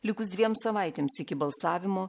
likus dviem savaitėms iki balsavimo